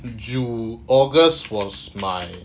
june august was my